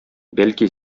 бәлки